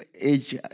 age